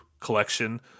collection